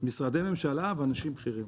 משרדי ממשלה ואנשים בכירים.